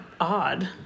odd